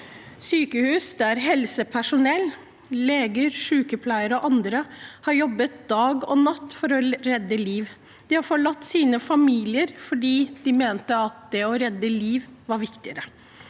sykehus der helsepersonell, leger, sykepleiere og andre har jobbet dag og natt for å redde liv. De har forlatt sine familier fordi de mente at det var viktigere